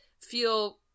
feel